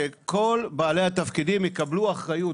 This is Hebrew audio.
שכל בעלי התפקידים יקבלו אחריות.